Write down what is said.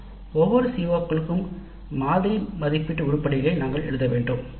CO ஒவ்வொன்றிற்கும் மாதிரி மதிப்பீட்டு உருப்படிகளை நாம் எழுத வேண்டும்